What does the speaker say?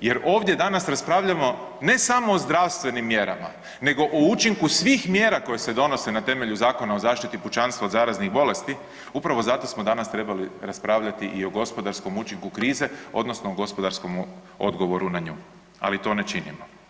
jer ovdje danas raspravljamo ne samo o zdravstvenim mjerama nego o učinku svih mjera koje se donose na temelju Zakona o zaštiti pučanstva od zaraznih bolesti upravo zato smo danas trebali raspravljati i o gospodarskom učinku krize odnosno o gospodarskom odgovoru na nju, ali to ne činimo.